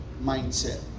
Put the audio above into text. mindset